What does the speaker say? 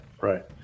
right